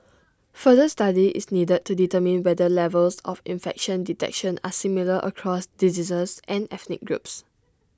further study is needed to determine whether levels of infection detection are similar across diseases and ethnic groups